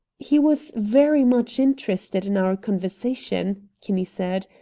he was very much interested in our conversation, kinney said,